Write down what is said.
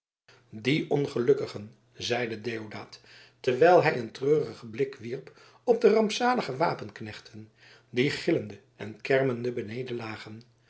die ongelukkigen zeide deodaat terwijl hij een treurigen blik wierp op de rampzalige wapenknechten die gillende en kermende beneden lagen